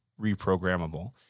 reprogrammable